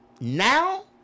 Now